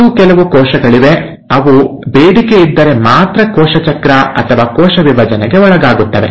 ಮತ್ತೂ ಕೆಲವು ಕೋಶಗಳಿವೆ ಅವುಗಳು ಬೇಡಿಕೆಯಿದ್ದರೆ ಮಾತ್ರ ಕೋಶ ಚಕ್ರ ಅಥವಾ ಕೋಶ ವಿಭಜನೆಗೆ ಒಳಗಾಗುತ್ತವೆ